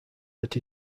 that